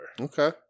Okay